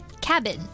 cabin